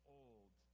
old